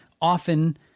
often